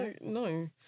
No